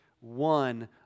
one